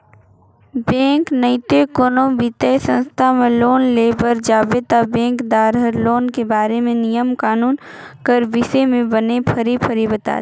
bank नइते कोनो बित्तीय संस्था में लोन लेय बर जाबे ता बेंकदार हर लोन के बारे म नियम कानून कर बिसे में बने फरी फरी बताथे